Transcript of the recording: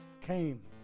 came